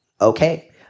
okay